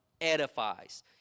edifies